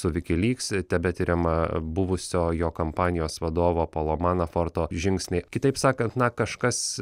su vikilyks tebetiriama buvusio jo kampanijos vadovo polo manaforto žingsniai kitaip sakant na kažkas